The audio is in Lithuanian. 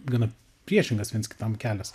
gana priešingas viens kitam kelias